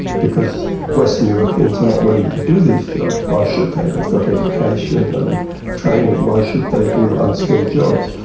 because western europeans are not willing to do these jobs. why should they? they've got education and training. why should they do unskilled jobs?